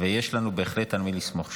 ויש לנו בהחלט על מי לסמוך שם.